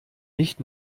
nicht